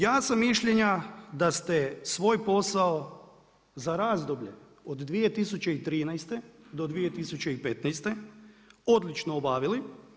Ja sam mišljenja da ste svoj posao za razdoblje od 2013.-2015. odlično obavili.